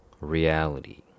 reality